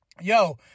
Yo